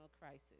crisis